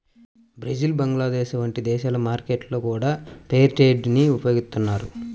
Brazil Bangladesh వంటి దేశీయ మార్కెట్లలో గూడా ఫెయిర్ ట్రేడ్ ని ఉపయోగిత్తన్నారు